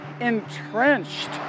entrenched